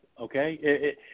okay